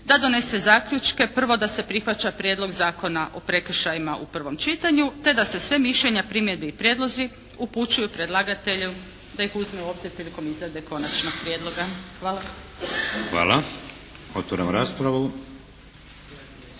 da donese zaključke. Prvo, da se prihvaća Prijedlog zakona o prekršajima u prvom čitanju, te da se sva mišljenja, primjedbe i prijedlozi upućuju predlagatelju da ih uzme u obzir prilikom izrade konačnog prijedloga. Hvala. **Šeks, Vladimir